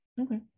Okay